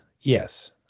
yes